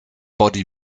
body